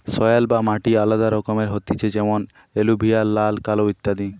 soil বা মাটি আলাদা রকমের হতিছে যেমন এলুভিয়াল, লাল, কালো ইত্যাদি